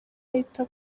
ahita